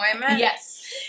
Yes